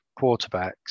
quarterbacks